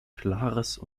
klares